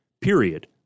period